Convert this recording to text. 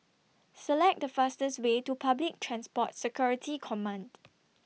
Select The fastest Way to Public Transport Security Command